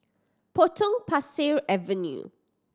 Potong Pasir Avenue